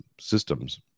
systems